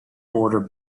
order